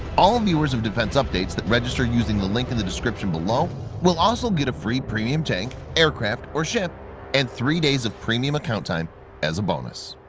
all viewers of defense updates that register using the link in the description below will also get a free premium tank or aircraft or ship and three days of premium account time as a bonus.